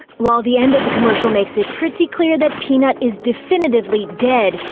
while the end of the commercial makes it pretty clear that peanut is definitively dead,